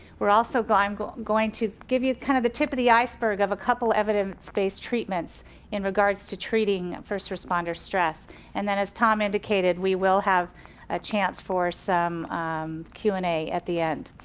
we're also going, i'm going going to give you kinda kind of the tip of the iceberg of a couple evidence-based treatments in regards to treating first respondor stress and then as tom indicated, we will have a chance for some q and a at the end.